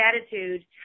attitude